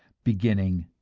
beginning,